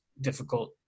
difficult